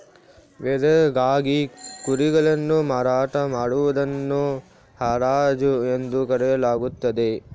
ವಧೆಗಾಗಿ ಕುರಿಗಳನ್ನು ಮಾರಾಟ ಮಾಡುವುದನ್ನು ಹರಾಜು ಎಂದು ಕರೆಯಲಾಗುತ್ತದೆ